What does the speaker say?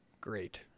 great